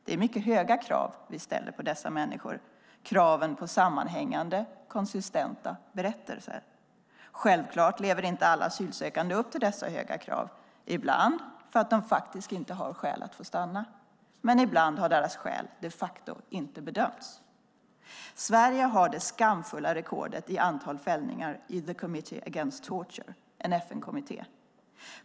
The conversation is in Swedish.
Det är mycket höga krav vi ställer på dessa människor - kraven på sammanhängande, konsistenta berättelser. Självklart lever inte alla asylsökande upp till dessa höga krav - ibland för att de faktiskt inte har skäl att få stanna men ibland för att deras skäl inte har bedömts. Sverige har det skamfulla rekordet i antalet fällningar i Committee Against Torture, en FN-kommitté.